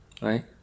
Right